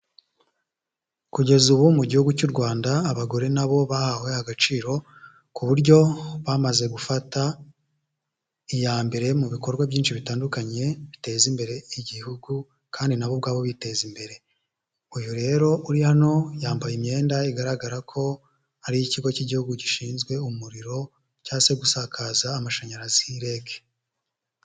Kugeza ubu mu gihugu cy'u Rwanda, abagore na bo bahawe agaciro, ku buryo bamaze gufata, iya mbere mu bikorwa byinshi bitandukanye, biteza imbere igihugu kandi na bo ubwabo biteza imbere, uyu rero uri hano, yambaye imyenda igaragara ko ari iy'ikigo cy'Igihugu gishinzwe umuriro cyangwa se gusakaza amashanyarazi REG.